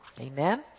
Amen